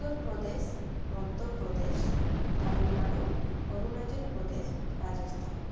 Uttar Pradesh Madhya Pradesh Tamil Nadu Arunachal Pradesh Rajasthan